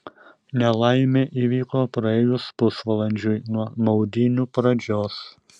nelaimė įvyko praėjus pusvalandžiui nuo maudynių pradžios